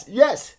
yes